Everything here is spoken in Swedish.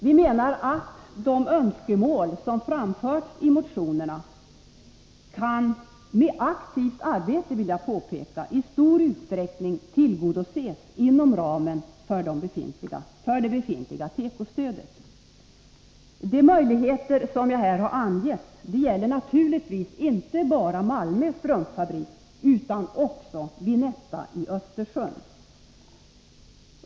Vi menar att de önskemål som framförts i motionerna — med aktivt arbete, vill jag påpeka — i stor utsträckning kan tillgodoses inom ramen för det befintliga tekostödet. De möjligheter som jag här har angett gäller naturligtvis inte bara Malmö strumpfabrik utan också Vinetta i Östersund.